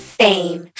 fame